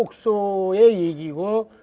sohui will